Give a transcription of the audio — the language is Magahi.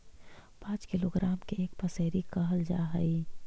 पांच किलोग्राम के एक पसेरी कहल जा हई